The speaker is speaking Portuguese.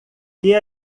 que